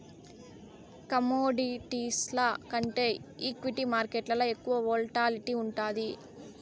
కమోడిటీస్ల కంటే ఈక్విటీ మార్కేట్లల ఎక్కువ వోల్టాలిటీ ఉండాది